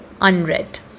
unread